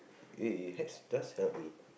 eh hacks does help me